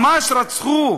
ממש רצחו,